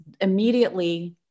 immediately